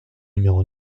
numéro